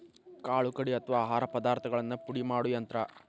ಕಾಳು ಕಡಿ ಅಥವಾ ಆಹಾರ ಪದಾರ್ಥಗಳನ್ನ ಪುಡಿ ಮಾಡು ಯಂತ್ರ